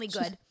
good